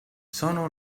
sono